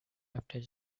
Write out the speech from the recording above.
after